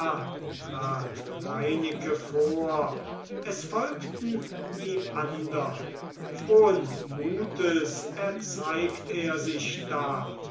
reineke vor es folgten die andern frohen mutes erzeigt er sich da